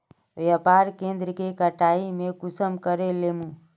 व्यापार केन्द्र के कटाई में कुंसम करे लेमु?